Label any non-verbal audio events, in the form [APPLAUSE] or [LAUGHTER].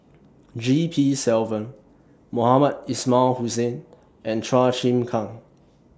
G P Selvam Mohamed Ismail Hussain and Chua Chim Kang [NOISE]